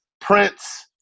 Prince